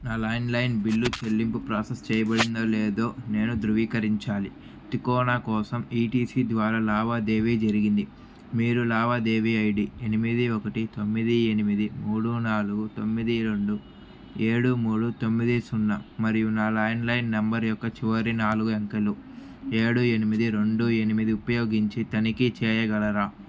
నా landline bill చెల్లింపు process చెయ్యబడిందో లేదో నేను ధృవీకరించాలి తికోనా కోసం ఈటీసీ ద్వారా లావాదేవీ జరిగింది మీరు లావాదేవీ ఐడి ఎనిమిది ఒకటి తొమ్మిది ఎనిమిది మూడు నాలుగు తొమ్మిది రెండు ఏడు మూడు తొమ్మిది సున్నా మరియు నా ల్యాండ్లైన్ నంబర్ యొక్క చివరి నాలుగు అంకెలు ఏడు ఎనిమిది రెండు ఎనిమిది ఉపయోగించి తనిఖీ చేయగలరా